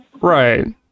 Right